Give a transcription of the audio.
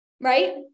Right